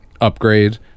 Upgrade